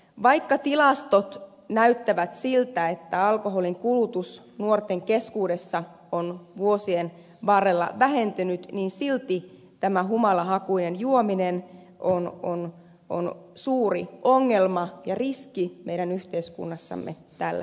vaikka tilastot näyttävät siltä että alkoholinkulutus nuorten keskuudessa on vuosien varrella vähentynyt niin silti tämä humalahakuinen juominen on suuri ongelma ja riski meidän yhteiskunnassamme tällä hetkellä